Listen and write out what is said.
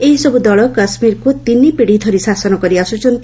ଏହିସରୁ ଦଳ କାଶ୍ମୀରକୁ ତିନି ପିଢ଼ି ଧରି ଶାସନ କରିଆସୁଛନ୍ତି